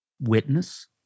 witness